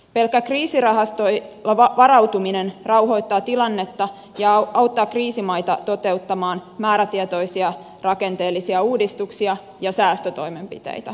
pelkkä kriisirahastoilla varautuminen rauhoittaa tilannetta ja auttaa kriisimaita toteuttamaan määrätietoisia rakenteellisia uudistuksia ja säästötoimenpiteitä